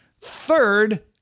Third